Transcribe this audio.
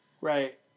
Right